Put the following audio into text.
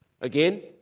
Again